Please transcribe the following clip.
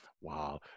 wow